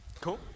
Cool